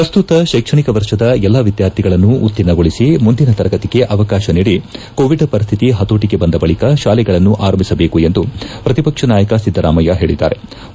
ಪ್ರಸ್ತುತ ಶೈಕ್ಷಣಿಕ ವರ್ಷದ ಎಲ್ಲಾ ವಿದ್ಯಾರ್ಥಿಗಳನ್ನು ಉತ್ತೀರ್ಣಗೊಳಿಸಿ ಮುಂದಿನ ತರಗತಿಗೆ ಅವಕಾಶ ನೀಡಿ ಕೋವಿಡ್ ಪರಿಸ್ತಿತಿ ಹತೋಟಗೆ ಬಂದ ಬಳಕ ಶಾಲೆಗಳನ್ನು ಆರಂಭಿಸಬೇಕೆಂದು ಪ್ರತಿಪಕ್ಷ ನಾಯಕ ಸಿದ್ದರಾಮಯ್ಯ ಹೇಳದ್ದಾರೆ